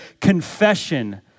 Confession